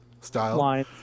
Style